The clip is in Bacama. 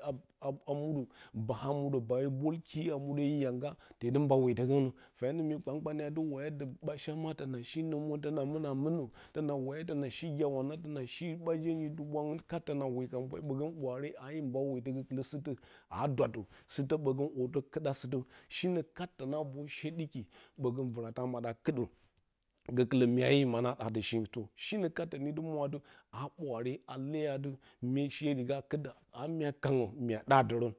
a a muɗo ɓa a mudə ba yə bolki a muɗə yə yanga tedɨ mba weto gonnə fyanən myi kpankpanye a dɨ waya dɨ bashama tonashi numun tona munə muno tona waya tona shi gyawaka tona shi ɓajen hye dubwangu kat tona woyo ka bwaiye ɓogən ɓwaare oyə mba wetə golə sɨtə aa dwattə sɨtə ɓogən orto kɨdəa sɨtə shinə kat tona vor she ɗɨki ɓogə urata a mada kɨdə gokɨlə myayə muna daadə she to shinə kat done di mwatɨ a ɓwaare a leyatɨ mye she da kɨdə a myo kangyə mya ɗarə.